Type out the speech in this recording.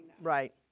right